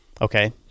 Okay